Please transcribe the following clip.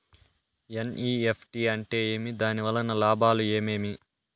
NEFT అంటే ఏమి? దాని వలన లాభాలు ఏమేమి